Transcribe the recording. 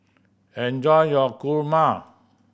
enjoy your kurma